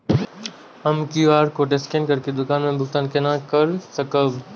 हम QR code scan करके दुकान में भुगतान केना कर सकब?